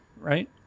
Right